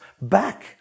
back